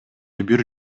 бир